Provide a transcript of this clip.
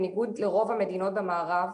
בניגוד לרוב המדינות במערב,